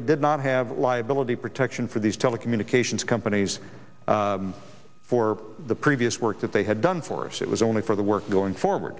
it did not have liability protection for these telecommunications companies for the previous work that they had done for us it was only for the work going forward